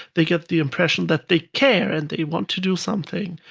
they get the impression that they care, and they want to do something,